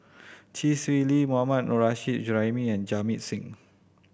Chee Swee Lee Mohammad Nurrasyid Juraimi and Jamit Singh